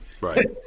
right